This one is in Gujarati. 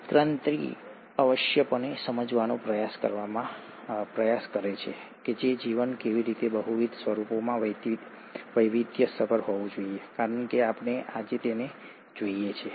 ઉત્ક્રાંતિ આવશ્યકપણે સમજાવવાનો પ્રયાસ કરે છે કે જીવન કેવી રીતે બહુવિધ સ્વરૂપોમાં વૈવિધ્યસભર હોવું જોઈએ કારણ કે આપણે આજે તેને જોઈએ છીએ